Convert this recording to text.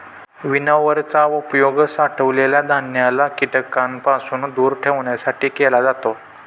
winnower चा उपयोग साठवलेल्या धान्याला कीटकांपासून दूर ठेवण्यासाठी केला जातो